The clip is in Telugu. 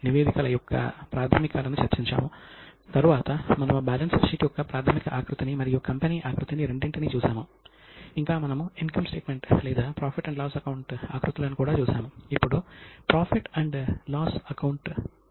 నేటి ఉపన్యాసంలో మనము అకౌంటింగ్ చరిత్ర లేదా పరిణామక్రమాన్ని గురించి చర్చిస్తాము గత ఉపన్యాసంలో అకౌంటింగ్ స్టాండర్డ్స్గా ప్రామాణీకరించబడిన అకౌంటింగ్ యొక్క వివిధ అంశాలు మరియు సూత్రాలను మనము అర్థం చేసుకున్నాము